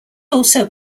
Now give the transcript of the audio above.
also